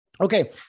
Okay